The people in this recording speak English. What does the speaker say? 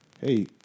hey